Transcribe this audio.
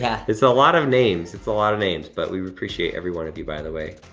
yeah it's a lot of names, it's a lot of names, but we we appreciate every one of you, by the way.